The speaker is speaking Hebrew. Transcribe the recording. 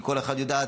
כי כל אחת יודעת,